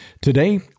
Today